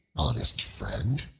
honest friend,